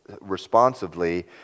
responsively